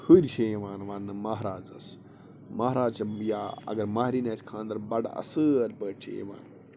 ہُرۍ چھِ یِوان وننہٕ مہرازس مہراز چھِ یا اگر مہریٚنۍ آسہِ خانٛدر بڈٕ اَصٕل پٲٹھۍ چھِ یِوان